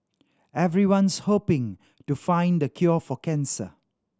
everyone's hoping to find the cure for cancer